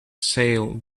sail